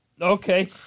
Okay